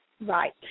Right